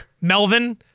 Melvin